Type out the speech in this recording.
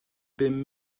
bum